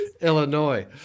Illinois